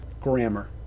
grammar